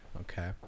Okay